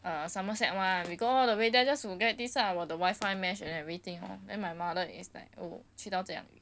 err somerset mah we go all the way there just to get this lah about wifi mesh and everything lor then my mother is like oh 去到这样远